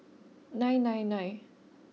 nine nine nine